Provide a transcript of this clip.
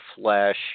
flesh